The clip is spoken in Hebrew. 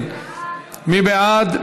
מי בעד?